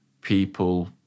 people